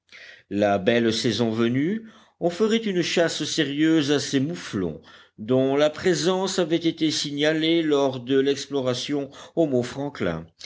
la belle saison venue on ferait une chasse sérieuse à ces mouflons dont la présence avait été signalée lors de l'exploration au mont franklin